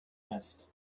vest